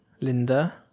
Linda